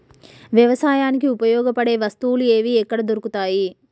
వ్యవసాయానికి ఉపయోగపడే వస్తువులు ఏవి ఎక్కడ దొరుకుతాయి?